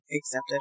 accepted